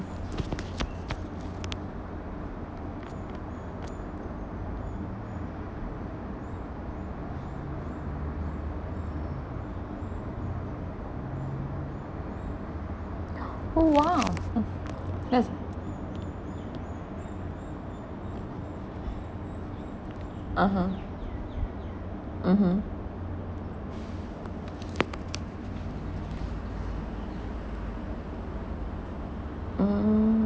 oh !wow! uh that's (uh huh) mmhmm mm